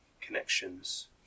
connections